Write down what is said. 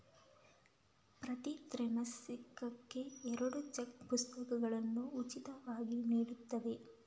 ಪ್ರತಿ ತ್ರೈಮಾಸಿಕಕ್ಕೆ ಎರಡು ಚೆಕ್ ಪುಸ್ತಕಗಳು ಉಚಿತವಾಗಿ ನೀಡುತ್ತವೆ